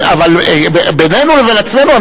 אבל בינינו לבין עצמנו,